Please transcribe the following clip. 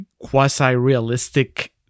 quasi-realistic